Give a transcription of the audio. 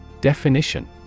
Definition